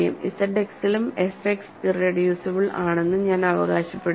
Z എക്സിലും F X irreducible ആണെന്ന് ഞാൻ അവകാശപ്പെടുന്നു